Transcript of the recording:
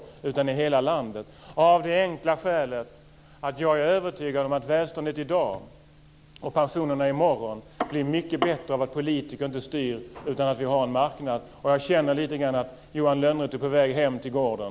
Det gör jag av det enkla skälet att jag är övertygad om att välståndet i dag och pensionerna i morgon blir mycket bättre om politiker inte styr och vi i stället har en marknad. Jag känner lite grann att Johan Lönnroth är på väg hem till gården.